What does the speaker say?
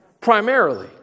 primarily